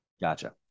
Gotcha